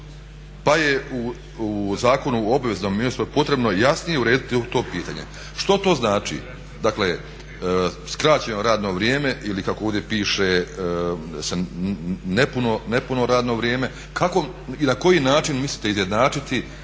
pa je u Zakonu u obveznom mirovinskom potrebno jasnije urediti to pitanje." Što to znači, dakle skraćeno radno vrijeme ili kako ovdje piše nepuno radno vrijeme, kako i na koji način mislite izjednačiti